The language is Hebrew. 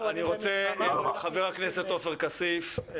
חבר הכנסת עופר כסיף.